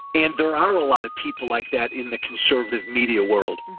and there are a lot of people like that in the conservative media world.